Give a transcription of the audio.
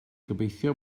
gobeithio